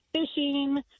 fishing